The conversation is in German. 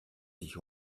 sich